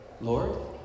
Lord